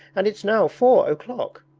and it's now four o'clock